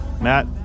Matt